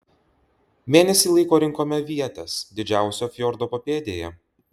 mėnesį laiko rinkome avietes didžiausio fjordo papėdėje